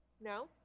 No